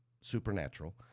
Supernatural